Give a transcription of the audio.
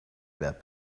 about